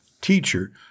teacher